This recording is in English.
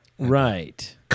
Right